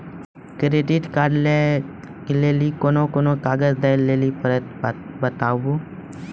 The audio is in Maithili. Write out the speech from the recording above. क्रेडिट कार्ड लै के लेली कोने कोने कागज दे लेली पड़त बताबू?